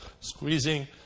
squeezing